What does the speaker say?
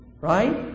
Right